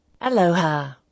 Aloha